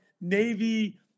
Navy